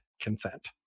consent